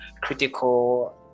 critical